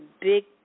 big